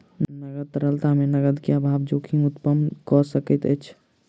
नकद तरलता मे नकद के अभाव जोखिम उत्पन्न कय सकैत अछि